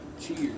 Cheers